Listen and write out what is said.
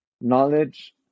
knowledge